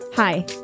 Hi